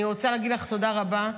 אני רוצה להגיד לך תודה רבה.